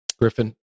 Griffin